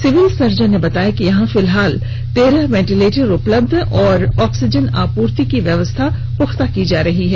civil surgeon ने बताया कि यहां फिलहाल तेरह वेंटिलेटर उपलब्ध और ऑक्सीजन आपूर्ति की भी व्यवस्था पुख्ता की जा रही है